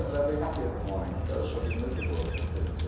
they'll be happy in the morning, instead of looking miserable as they did.